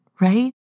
right